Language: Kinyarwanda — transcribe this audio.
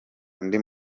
undi